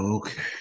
Okay